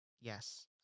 Yes